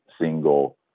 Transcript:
single